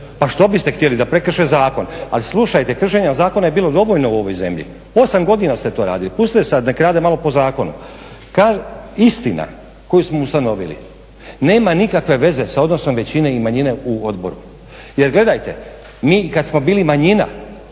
Pa što biste htjeli, da prekrše zakon? Ali slušajte, kršenja zakona je bilo dovoljno u ovoj zemlji, 8 godina ste to radili, pustite sad nek rade malo po zakonu. Istina koju smo ustanovili nema nikakve veze sa odnosom većine i manjine u odboru, jer gledajte mi kad smo bili manjina